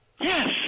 Yes